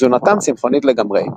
תזונתם צמחונית לגמרי.